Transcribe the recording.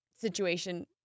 situation